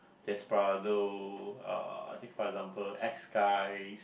Desperado uh take for example X guys